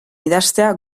idaztea